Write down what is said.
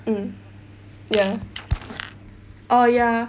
mmhmm ya oh ya